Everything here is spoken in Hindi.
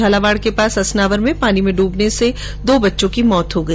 झालावाड़ के पास असनावर में पानी में डूबने से दो बच्चों की मौत हो गई